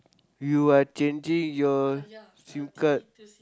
you are changing your sim card